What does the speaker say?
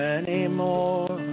anymore